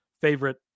favorite